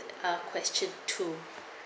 ah question two